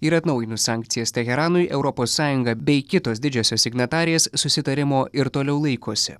ir atnaujinus sankcijas teheranui europos sąjunga bei kitos didžiosios signatarės susitarimo ir toliau laikosi